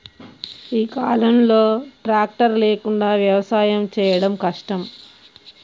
ఈ కాలం లో ట్రాక్టర్ లేకుండా వ్యవసాయం చేయడం కష్టం